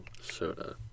soda